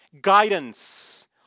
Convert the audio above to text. guidance